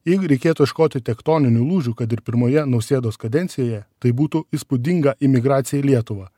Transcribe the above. jeigu reikėtų ieškoti tektoninių lūžių kad ir pirmoje nausėdos kadencijoje tai būtų įspūdinga imigracija į lietuvą